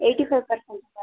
eighty four percent